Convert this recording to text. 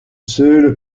seule